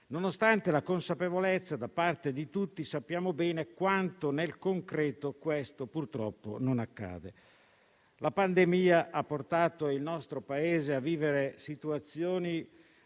Nonostante la consapevolezza da parte di tutti, sappiamo bene quanto nel concreto questo purtroppo non accade. La pandemia ha portato il nostro Paese a vivere situazioni